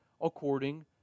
according